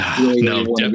no